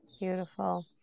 Beautiful